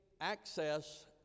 access